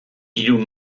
hiru